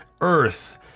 earth